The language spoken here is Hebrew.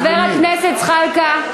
חבר הכנסת זחאלקה,